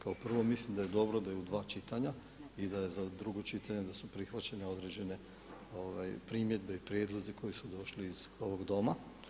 Kao prvo, mislim da je dobro da je u dva čitanja i da je za drugo čitanje da su prihvaćene određene primjedbe i prijedlozi koji su došli iz ovog Doma.